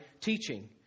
teaching